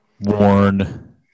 worn